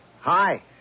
Hi